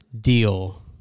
deal